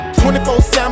24-7